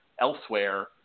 elsewhere